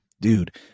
dude